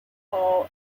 hall